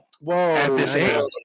Whoa